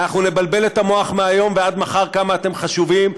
אנחנו נבלבל את המוח מהיום ועד מחר כמה אתם חשובים,